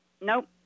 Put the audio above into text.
Nope